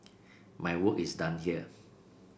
my work is done here